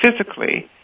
physically